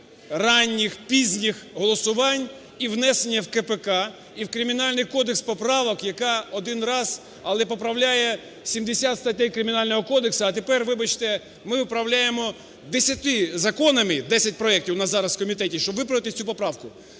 ранніх, пізніх голосувань і внесення в КПК і в Кримінальний поправок, яка один раз, але поправляє 70 статей Кримінального кодексу. А тепер, вибачте, ми виправляємо десяти законами, десять проектів у нас зараз в комітеті, щоб виправити цю поправку.